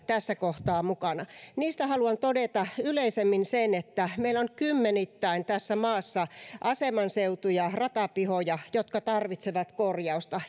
tässä kohtaa mukana niistä haluan todeta yleisemmin sen että meillä on tässä maassa kymmenittäin asemanseutuja ratapihoja jotka tarvitsevat korjausta